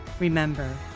Remember